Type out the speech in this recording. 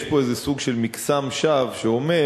יש פה איזה סוג של מקסם שווא שאומר: